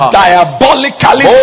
diabolically